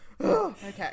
Okay